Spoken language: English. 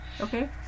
okay